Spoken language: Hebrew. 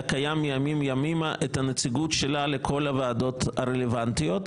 קיים מימים ימימה את הנציגות שלה לכל הוועדות הרלוונטיות.